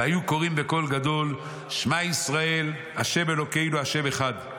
והיו קוראים בקול גדול: שמע ישראל ה' אלוהינו ה' אחד.